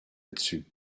dessus